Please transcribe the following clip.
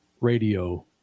Radio